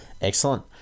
Excellent